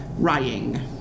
Rying